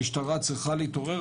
המשטרה צריכה להתעורר,